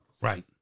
right